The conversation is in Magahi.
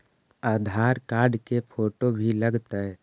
आधार कार्ड के फोटो भी लग तै?